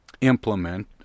implement